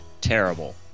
Terrible